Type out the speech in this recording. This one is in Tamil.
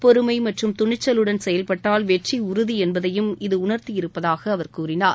பொறுமை மற்றும் துணிக்கலுடன் செயல்பட்டால் வெற்றி உறுதி என்பதையும் இது உணர்த்தியிருப்பதாக அவர் கூறினார்